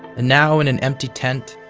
and now, in an empty tent,